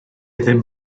ddim